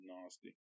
nasty